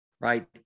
right